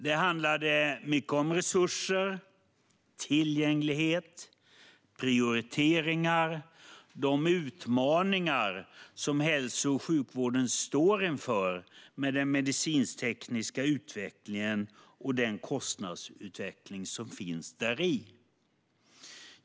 Den handlade mycket om resurser, tillgänglighet, prioriteringar och de utmaningar som hälso och sjukvården står inför i och med den medicintekniska utvecklingen och den kostnadsutveckling som den innebär.